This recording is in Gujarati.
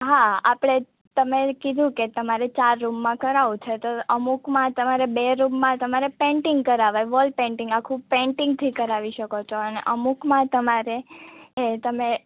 હા આપણે તમે કીધું કે તમારે ચાર રૂમમાં કરાવવું છે તો અમુકમાં તમારે બે રૂમમાં તમારે પેન્ટિંગ કરાવાય વોલ પેન્ટિંગ આખું પેઇન્ટિંગથી કરાવી શકો છો અને અમુકમાં તમારે તમે